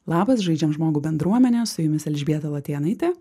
labas žaidžiam žmogų bendruomene su jumis elžbieta latėnaitė